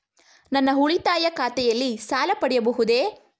ನನ್ನ ಉಳಿತಾಯ ಖಾತೆಯಲ್ಲಿ ಸಾಲ ಪಡೆಯಬಹುದೇ?